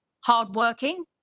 hardworking